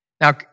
Now